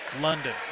London